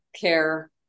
care